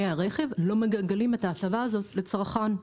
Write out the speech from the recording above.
הרכב לא מגלגלים את ההטבה הזאת לצרכן.